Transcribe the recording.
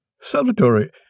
Salvatore